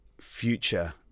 future